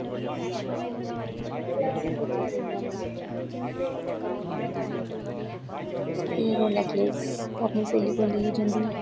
एह् नेकलेस ओह् अपनी स्हेली कोल लेइयै जंदी